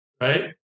right